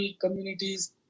communities